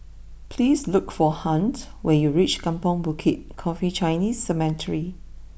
please look for Hunt when you reach Kampong Bukit Coffee Chinese Cemetery